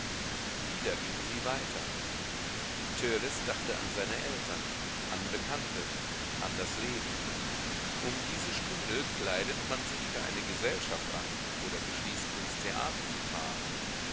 wieder gingen sie weiter törleß dachte an seine eltern an bekannte an das leben um diese stunde kleidet man sich für eine gesellschaft an oder beschließt ins theater zu fahren